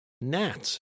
gnats